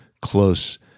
close